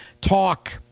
talk